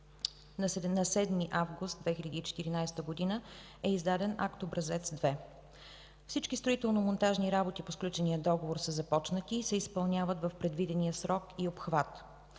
На 7 август 2014 г. е издаден Акт, Образец 2. Всички строително-монтажни работи по сключения договор са започнати и се изпълняват в предвидения срок и обхват.